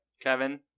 kevin